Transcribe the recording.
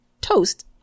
toast